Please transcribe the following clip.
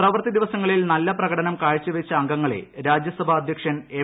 പ്രവൃത്തി ദിവസങ്ങളിൽ നല്ല പ്രകടനം കാഴ്ചവച്ച അംഗങ്ങളെ രാജ്യസഭാ അധ്യക്ഷൻ എം